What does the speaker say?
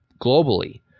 globally